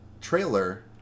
trailer